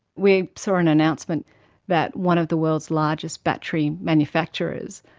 we saw an announcement that one of the world's largest battery manufacturers,